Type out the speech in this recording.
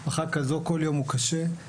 משפחה כזאת כל יום הוא קשה.